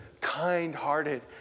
kind-hearted